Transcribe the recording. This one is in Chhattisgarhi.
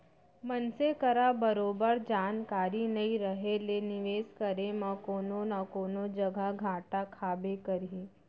मनसे करा बरोबर जानकारी नइ रहें ले निवेस करे म कोनो न कोनो जघा घाटा खाबे करही